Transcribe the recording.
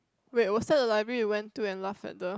wait was that the library we went to and laugh at the